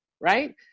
right